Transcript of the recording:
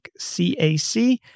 CAC